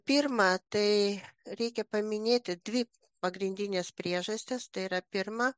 pirma tai reikia paminėti dvi pagrindinės priežastis tai yra pirma